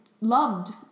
loved